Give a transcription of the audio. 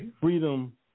freedom